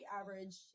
average